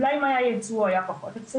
אולי אם היה ייצוא הוא היה פחות הפסדי,